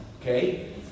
okay